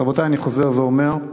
רבותי, אני חוזר ואומר: